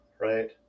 right